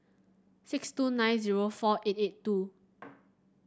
six two nine zero four eight eight two